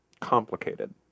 complicated